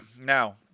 Now